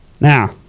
Now